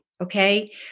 Okay